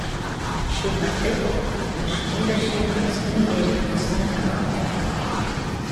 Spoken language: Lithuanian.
šiaip ar taip aš nei veršienos nei ėrienos nebevalgau